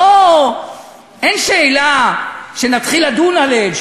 אין שאלה שנתחיל לדון עליהם,